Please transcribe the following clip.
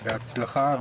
בהצלחה.